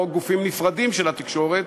או גופים נפרדים של התקשורת,